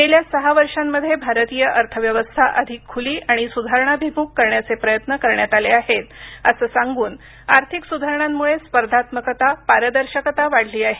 गेल्या सहा वर्षांमध्ये भारतीय अर्थव्यवस्था अधिक खुली आणि सुधारणाभिमुख करण्याचे प्रयत्न करण्यात आले आहेत असं सांगून आर्थिक सुधारणांमुळे स्पर्धात्मकता पारदर्शकता वाढली आहे